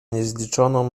niezliczoną